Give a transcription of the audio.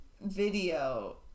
video